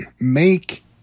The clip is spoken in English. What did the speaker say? make